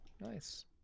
nice